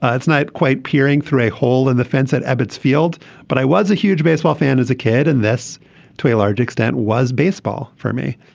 ah it's not quite peering through a hole in the fence at ebbets field but i was a huge baseball fan as a kid and this to a large extent was baseball for me.